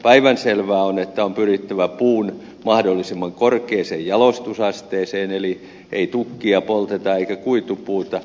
päivänselvää on että on pyrittävä puun mahdollisimman korkeaan jalostusasteeseen eli ei tukkia polteta eikä kuitupuuta